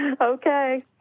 Okay